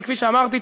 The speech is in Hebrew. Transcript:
שכפי שאמרתי,